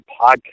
podcast